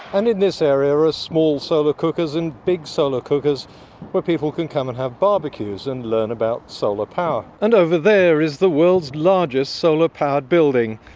and in this area are small solar cookers and big solar cookers where people can come and have barbecues and learn about solar power. and over there is the world's largest solar-powered building,